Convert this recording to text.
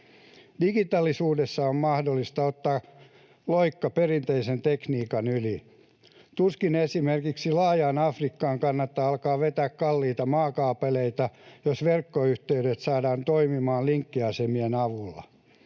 Digitaalisuudessa on mahdollista ottaa loikka perinteisen tekniikan yli. Tuskin esimerkiksi laajaan Afrikkaan kannattaa alkaa vetää kalliita maakaapeleita, jos verkkoyhteydet saadaan toimimaan linkkiasemien avulla.